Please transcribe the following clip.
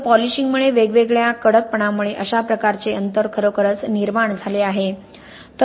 तर पॉलिशिंगमुळे वेगवेगळ्या कडकपणामुळे अशा प्रकारचे अंतर खरोखरच निर्माण झाले आहे